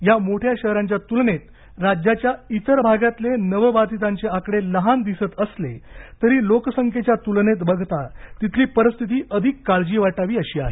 या मोठ्या शहरांच्या तुलनेत राज्याच्या इतर भागातले नवबाधितांचे आकडे लहान दिसत असले तरी लोकसंख्येच्या तुलनेत बघता तिथली परिस्थिती अधिक काळजी वाटावी अशी आहे